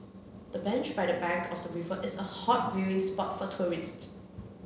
the bench by the bank of the river is a hot viewing spot for tourists